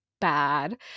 bad